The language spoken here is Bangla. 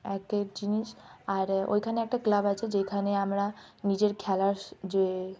একের জিনিস আর ওখানে একটা ক্লাব আছে যেখানে আমরা নিজের খেলার যে